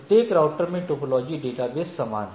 प्रत्येक राउटर में topology database समान है